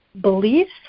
Beliefs